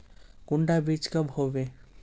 कुंडा बीज कब होबे?